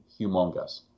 humongous